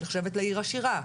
שנחשבת לעיר עשירה.